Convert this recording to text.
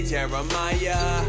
Jeremiah